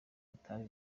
itabi